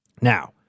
Now